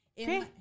Okay